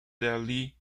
delhi